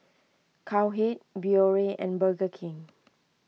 Cowhead Biore and Burger King